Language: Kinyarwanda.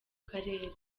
karere